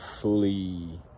fully